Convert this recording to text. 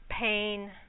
pain